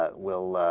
ah will